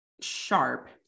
sharp